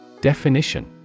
Definition